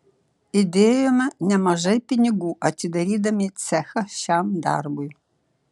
įdėjome nemažai pinigų atidarydami cechą šiam darbui